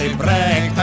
break